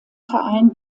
verein